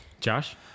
Josh